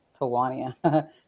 Tawania